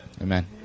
amen